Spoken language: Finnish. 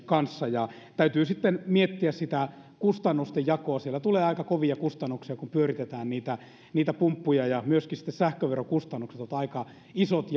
kanssa ja täytyy sitten miettiä sitä kustannusten jakoa siellä tulee aika kovia kustannuksia kun pyöritetään niitä pumppuja ja myöskin sähköverokustannukset ovat aika isot